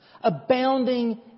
abounding